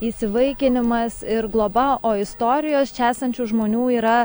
įsivaikinimas ir globa o istorijos čia esančių žmonių yra